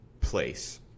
place